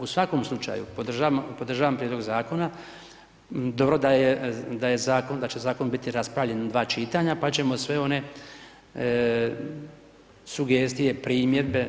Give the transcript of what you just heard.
U svakom slučaju, podržavam prijedlog Zakona, dobro da je Zakon, da će Zakon biti raspravljen u dva čitanja, pa ćemo sve one sugestije, primjedbe,